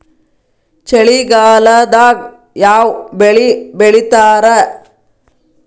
ಚಳಿಗಾಲದಾಗ್ ಯಾವ್ ಬೆಳಿ ಬೆಳಿತಾರ?